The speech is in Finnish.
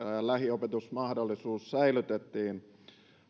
lähiopetusmahdollisuus säilytettiin